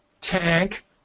tank